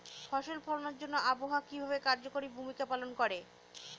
ফসল ফলানোর জন্য আবহাওয়া কিভাবে কার্যকরী ভূমিকা পালন করে?